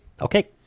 Okay